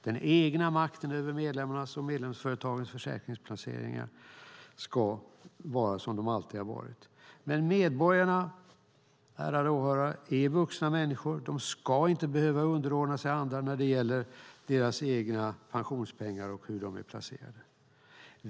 Den egna makten över medlemmarnas och medlemsföretagens försäkringsplaceringar ska vara som den alltid har varit. Men medborgarna, ärade åhörare, är vuxna människor. De ska inte behöva underordna sig andra när det gäller deras egna pensionspengar och hur de är placerade.